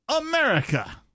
America